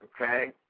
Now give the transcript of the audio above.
okay